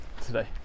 today